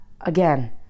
again